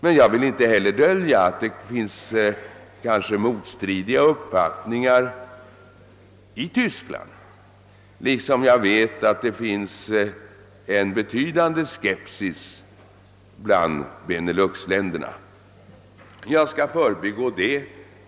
Men jag vill inte heller dölja att det finns motstridande uppfattningar i Västtyskland, liksom jag vet att det råder en betydande skepsis bland Benelux-länderna. — Jag skall emellertid förbigå det.